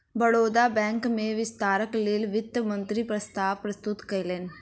Baroda bank में विस्तारक लेल वित्त मंत्री प्रस्ताव प्रस्तुत कयलैन